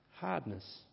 hardness